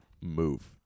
move